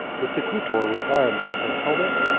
the secutor was armed with a helmet,